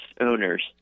owners